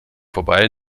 vorbei